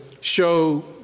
show